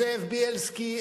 זאב בילסקי,